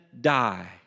die